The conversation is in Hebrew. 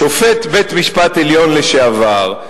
שופט בית-משפט עליון לשעבר,